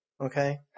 okay